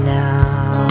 now